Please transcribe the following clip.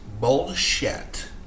bullshit